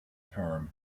term